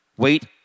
Wait